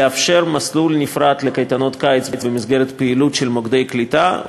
לאפשר מסלול נפרד לקייטנות קיץ במסגרת הפעילות של מוקדי קליטה,